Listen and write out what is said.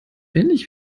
ähnlich